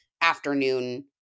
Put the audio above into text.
afternoon